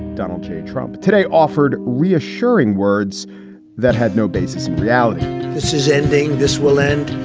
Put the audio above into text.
donald j. trump today offered reassuring words that had no basis in reality this is ending. this will end.